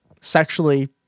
sexually